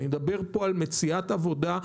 אני מדבר על מציאת עבודה,